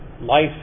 Life